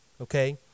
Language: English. Okay